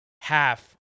half